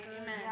Amen